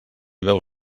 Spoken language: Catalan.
veu